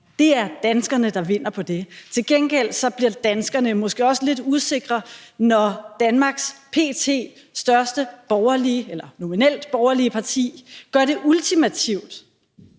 Det er danskerne, der vinder på det. Til gengæld bliver danskerne måske også lidt usikre, når Danmarks p.t. største borgerlige eller nominelt